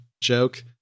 joke